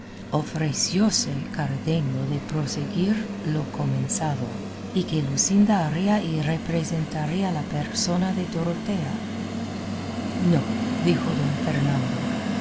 su tierra ofrecióse cardenio de proseguir lo comenzado y que luscinda haría y representaría la persona de dorotea no dijo don fernando